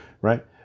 right